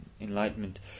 enlightenment